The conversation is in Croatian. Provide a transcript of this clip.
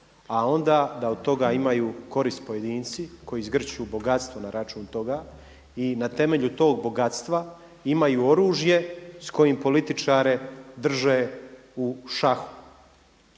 a onda da od toga imaju korist pojedinci koji zgrću bogatstvo na račun toga i na temelju tog bogatstva imaju oružje s kojim političare drže u šahu.